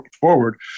forward